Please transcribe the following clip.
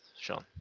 Sean